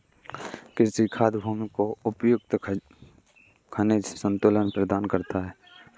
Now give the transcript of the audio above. कृमि खाद भूमि को उपयुक्त खनिज संतुलन प्रदान करता है